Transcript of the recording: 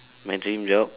my dream job